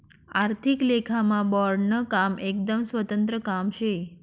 आर्थिक लेखामा बोर्डनं काम एकदम स्वतंत्र काम शे